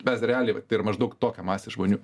mes realiai vat tai yra maždaug tokia masė žmonių